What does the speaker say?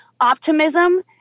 optimism